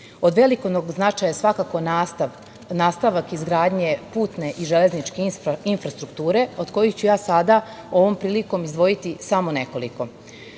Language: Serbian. velikog značaja je svakako nastavak izgradnje putne i železničke infrastrukture, od kojih ću ja sada ovom prilikom izdvojiti samo nekoliko.